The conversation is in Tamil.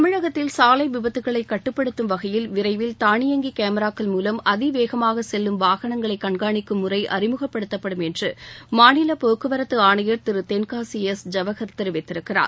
தமிழகத்தில் சாலை விபத்துக்களை கட்டுப்படுத்தும் வகையில் விரைவில் தானியங்கி கேமராக்கள் மூலம் அதிவேகமாக செல்லும் வாகனங்களை கண்காணிக்கும் முறை அறிமுகப்படுத்தப்படும் என்று மாநில போக்குவரத்து ஆணையர் திரு தென்காசி எஸ் ஜவகர் தெரிவித்திருக்கிறார்